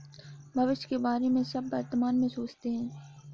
भविष्य के बारे में सब वर्तमान में सोचते हैं